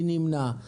מי נמנע?